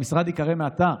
המשרד ייקרא מעתה: